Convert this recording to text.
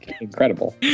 incredible